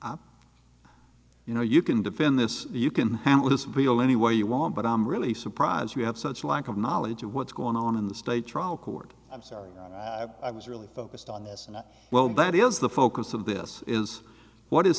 l you know you can defend this you can handle this appeal any way you want but i'm really surprised you have such lack of knowledge of what's going on in the state trial court i'm sorry i was really focused on this and that well that is the focus of this is what is